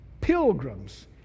pilgrims